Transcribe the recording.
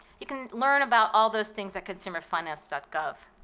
you can learn about all those things at consumerfinance but gov.